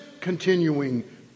continuing